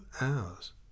hours